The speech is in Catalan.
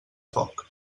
foc